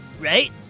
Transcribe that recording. Right